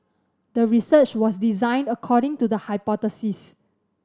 the research was designed according to the hypothesis